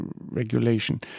regulation